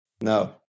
No